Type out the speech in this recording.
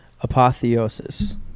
Apotheosis